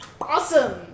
Awesome